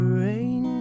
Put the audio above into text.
rain